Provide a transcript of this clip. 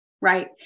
right